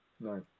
Right